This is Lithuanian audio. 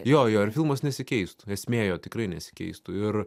jo jo ir filmas nesikeistų esmė jo tikrai nesikeistų ir